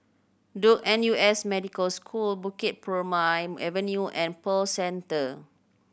Duke N U S Medical School Bukit Purmei Avenue and Pearl Centre